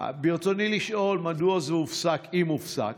ברצוני לשאול: 1. מדוע זה הופסק, אם הופסק?